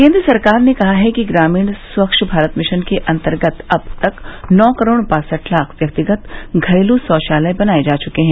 केन्द्र सरकार ने कहा है कि ग्रामीण स्वच्छ भारत मिशन के अन्तर्गत अब तक नौ करोड़ बासठ लाख व्यक्तिगत घरेलू शौचालय बनाये जा चुके हैं